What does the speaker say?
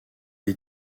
des